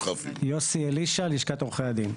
יוסי אלישע, לשכת עורכי הדין.